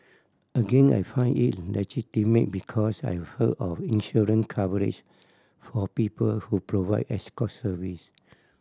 again I found it legitimate because I've heard of insurance coverage for people who provide escort service